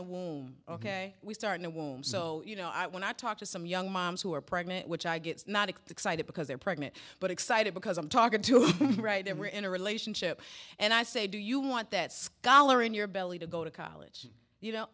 the womb ok we start in the womb so you know i when i talk to some young moms who are pregnant which i gets not excited because they're pregnant but excited because i'm talking to you right there we're in a relationship and i say do you want that scholar in your belly to go to college you know